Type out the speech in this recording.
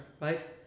right